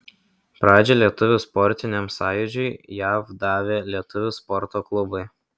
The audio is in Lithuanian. pradžią lietuvių sportiniam sąjūdžiui jav davė lietuvių sporto klubai